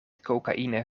cocaïne